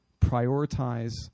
prioritize